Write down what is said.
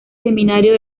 seminario